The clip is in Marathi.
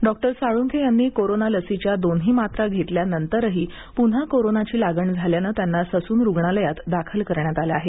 डॉ साळूंखे यांनी कोरोना लसीच्या दोन्ही मात्रा घेतल्यानंतरही पुन्हा कोरोनाची लागण झाल्यानं त्यांना ससून रुग्णालयात दाखल करण्यात आलं आहे